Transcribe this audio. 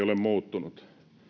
ole muuttunut